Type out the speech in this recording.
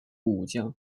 武将